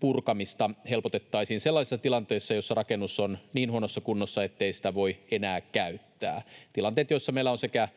purkamista helpotettaisiin sellaisessa tilanteessa, jossa rakennus on niin huonossa kunnossa, ettei sitä voi enää käyttää. Tilanteet, jossa meillä on sekä